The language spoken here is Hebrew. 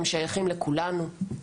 הם שייכים לכולנו.